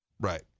Right